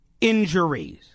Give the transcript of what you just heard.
injuries